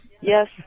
Yes